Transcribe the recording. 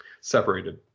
separated